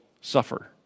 suffer